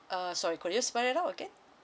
uh sorry could you spell it out again